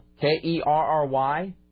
K-E-R-R-Y